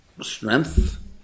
strength